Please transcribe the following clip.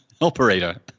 operator